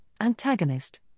antagonist